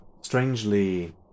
Strangely